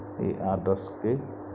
ఈ అడ్రస్కి